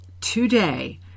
today